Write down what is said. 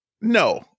no